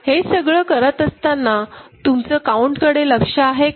हे सगळं करत असताना तुमचं काउंट कडे लक्ष आहे का